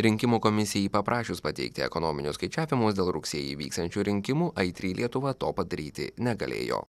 rinkimų komisijai paprašius pateikti ekonominius skaičiavimus dėl rugsėjį vyksiančių rinkimų aitry lietuva to padaryti negalėjo